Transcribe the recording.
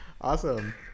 Awesome